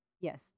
yes